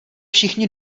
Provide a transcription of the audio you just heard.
všichni